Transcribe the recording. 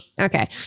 Okay